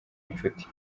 inshuti